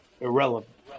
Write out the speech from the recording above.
irrelevant